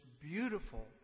beautiful